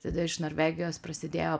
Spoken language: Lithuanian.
tada iš norvegijos prasidėjo